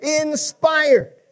Inspired